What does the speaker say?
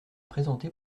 présenté